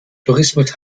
tourismus